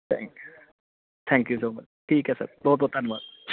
thank thank you so much ਠੀਕ ਹੈ sir ਬਹੁਤ ਬਹੁਤ ਧੰਨਵਾਦ